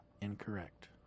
Incorrect